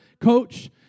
coach